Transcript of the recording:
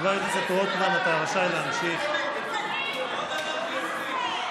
אתם הייתם בשלטון, אתם.